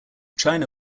china